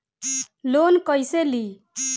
Loan कईसे ली?